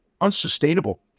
unsustainable